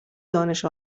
دانش